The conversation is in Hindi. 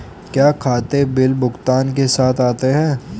क्या खाते बिल भुगतान के साथ आते हैं?